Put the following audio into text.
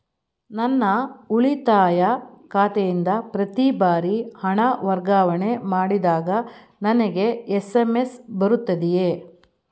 ನನ್ನ ಉಳಿತಾಯ ಖಾತೆಯಿಂದ ಪ್ರತಿ ಬಾರಿ ಹಣ ವರ್ಗಾವಣೆ ಮಾಡಿದಾಗ ನನಗೆ ಎಸ್.ಎಂ.ಎಸ್ ಬರುತ್ತದೆಯೇ?